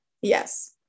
Yes